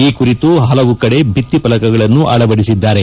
ಈ ಕುರಿತು ಪಲವು ಕಡೆ ಬಿತ್ತಿಫಲಕಗಳನ್ನು ಅಳವಡಿಸಿದ್ದಾರೆ